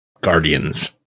Guardians